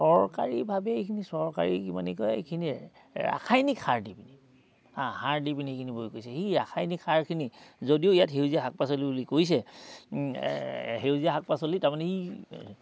চৰকাৰীভাৱে এইখিনি চৰকাৰী কিমানে কয় এইখিনি ৰাসায়নিক সাৰ দি পিনি হা সাৰ দি পিনি সেইখিনি বৈ কৈছে সেই ৰাসায়নিক সাৰখিনি যদিও ইয়াত সেউজীয়া শাক পাচলি বুলি কৈছে সেউজীয়া শাক পাচলি তাৰমানে সি